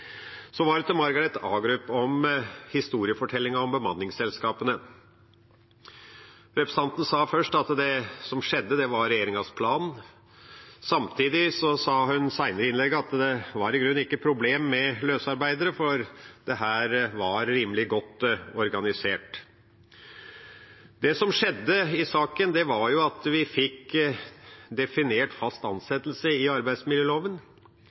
så vidt er greit. Så til Margret Hagerup – om historiefortellingen om bemanningsselskapene. Representanten sa først at det som skjedde, var regjeringas plan. Samtidig sa hun senere i innlegget at det var i grunnen ikke noe problem med løsarbeidere, for det var rimelig godt organisert. Det som skjedde i saken, var at vi fikk definert fast ansettelse i arbeidsmiljøloven.